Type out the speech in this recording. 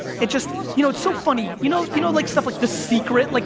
it just, you know, it's so funny. you know you know like stuff like the secret, like